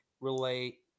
relate